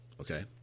Okay